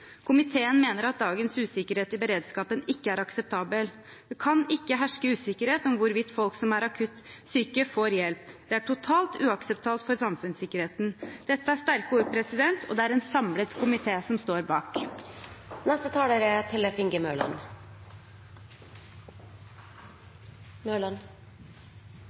Komiteen mener at dagens usikkerhet i beredskapen ikke er akseptabel. Det kan ikke herske usikkerhet om hvorvidt folk som er akutt syke, får hjelp. Det er totalt uakseptabelt for samfunnssikkerheten. Dette er sterke ord, og det er en samlet komité som står bak.